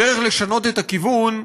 הדרך לשנות את הכיוון,